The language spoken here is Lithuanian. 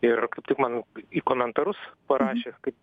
ir kaip tik man į komentarus parašė kaip